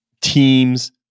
teams